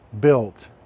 built